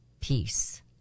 peace